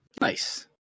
Nice